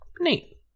Neat